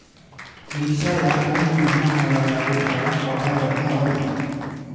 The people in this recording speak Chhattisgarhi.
मिरचा ला कोन महीना मा लगाबो ता ओहार बेडिया होही?